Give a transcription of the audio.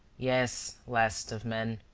yes, last of men,